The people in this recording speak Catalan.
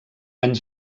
anys